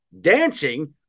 dancing